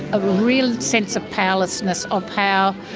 a real sense of powerlessness of how